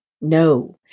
no